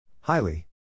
highly